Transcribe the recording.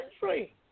country